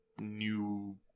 new